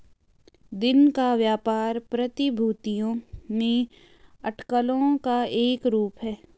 दिन का व्यापार प्रतिभूतियों में अटकलों का एक रूप है